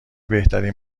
بهترین